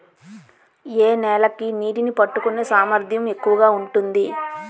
ఏ నేల కి నీటినీ పట్టుకునే సామర్థ్యం ఎక్కువ ఉంటుంది?